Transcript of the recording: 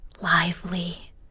lively